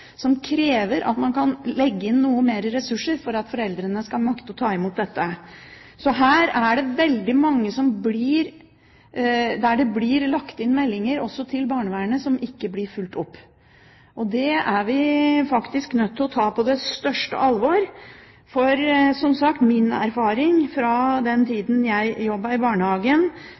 som krever at man må legge inn noe mer ressurser for at foreldrene skal makte å ta imot dette. Det er veldig mange saker der det blir lagt inn meldinger også til barnevernet, som ikke blir fulgt opp. Det er vi faktisk nødt til å ta med største alvor, for – som sagt – min erfaring fra den tiden jeg jobbet i